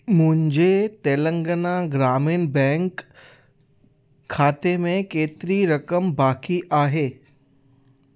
मुंहिंजे तेलंगाना ग्रामीण बैंक खाते में केतिरी रक़म बाक़ी आहे